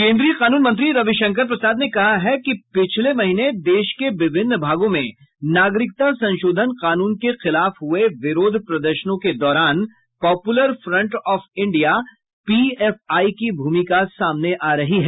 केन्द्रीय कानून मंत्री रवि शंकर प्रसाद ने कहा है कि पिछले महीने देश के विभिन्न भागों में नागरिकता संशोधन कानून के खिलाफ हुए विरोध प्रदर्शनों के दौरान Popular Front of India PFI की भूमिका सामने आ रही है